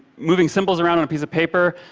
moving symbols around on a piece of paper,